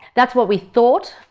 that's what we thought.